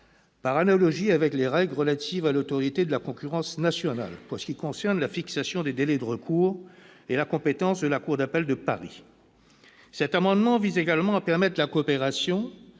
par analogie avec les règles relatives à l'Autorité de la concurrence nationale, pour ce qui concerne la fixation des délais de recours et la compétence de la cour d'appel de Paris. Cet amendement vise également à permettre la coopération